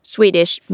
Swedish